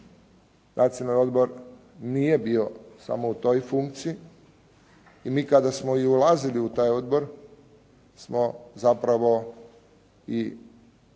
Nacionalni odbor nije bio samo u toj funkciji i mi kada smo i ulazili u taj odbor smo zapravo i svojim